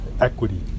equity